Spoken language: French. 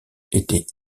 était